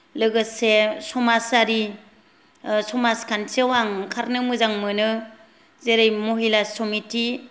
लोगोसे समाजारि समाज खान्थिआव आं ओंखारनो मोजां मोनो जेरै महिला समिति